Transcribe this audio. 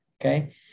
Okay